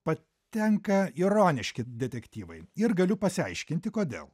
patenka ironiški detektyvai ir galiu pasiaiškinti kodėl